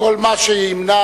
כל מה שימנע,